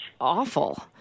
awful